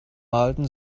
malten